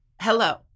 hello